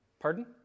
Pardon